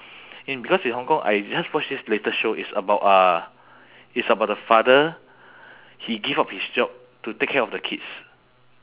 in because in hong kong I just watch this latest show it's about uh it's about the father he give up his job to take care of the kids